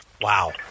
Wow